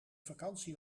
vakantie